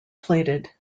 plated